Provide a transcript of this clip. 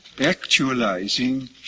actualizing